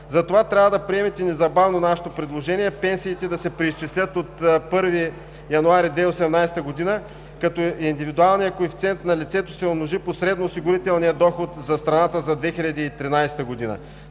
Затова трябва да приемете незабавно нашето предложение пенсиите да се преизчислят от 1 януари 2018 г., като индивидуалният коефициент на лицето се умножи по средно осигурителния доход за страната за 2013 г.